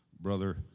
brother